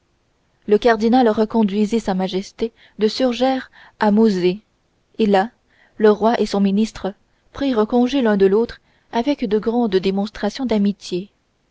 le cardinal reconduisit sa majesté de surgères à mauzé et là le roi et son ministre prirent congé l'un de l'autre avec de grandes démonstrations d'amitié